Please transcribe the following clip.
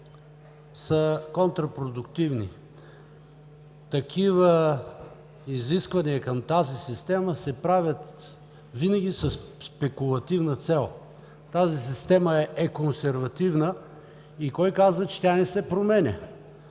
са контрапродуктивни. Такива изисквания към тази система се правят винаги със спекулативна цел. Тази система е консервативна и кой казва, че тя не се променя?